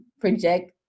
project